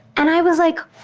and i was like,